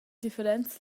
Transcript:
differents